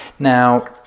Now